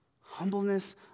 Humbleness